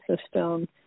system